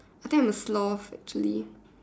I think I'm a sloth actually